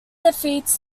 defeats